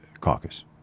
caucus